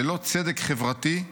ללא צדק חברתי,